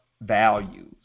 values